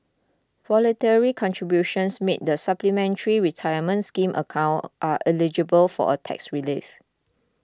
voluntary contributions made the Supplementary Retirement Scheme account are eligible for a tax relief